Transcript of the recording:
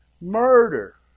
murder